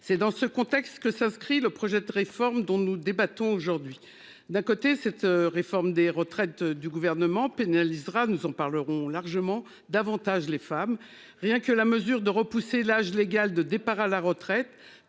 C'est dans ce contexte que s'inscrit le projet de réforme dont nous débattons aujourd'hui. D'un côté cette réforme des retraites du gouvernement pénalisera nous en parlerons largement davantage les femmes. Rien que la mesure de repousser l'âge légal de départ à la retraite